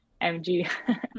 MG